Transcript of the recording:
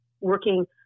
working